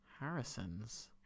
Harrison's